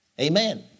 Amen